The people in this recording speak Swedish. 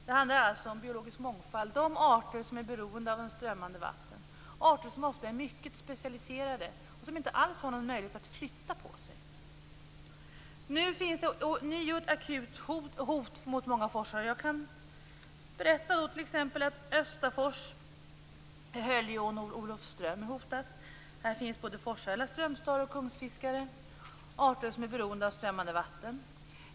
Det handlar alltså om biologisk mångfald, om de arter som är beroende av strömmande vatten, arter som ofta är mycket specialiserade och som inte alls har någon möjlighet att flytta på sig. Nu finns ånyo ett akut hot mot många forsar. Jag kan berätta t.ex. om att Östafors i Holjeån, Olofström, är hotat. Här finns forsärla, strömstare och kungsfiskare, arter som är beroende av strömmande vatten.